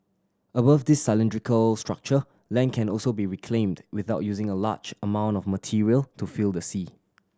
above this cylindrical structure land can also be reclaimed without using a large amount of material to fill the sea